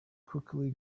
quickly